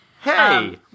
Hey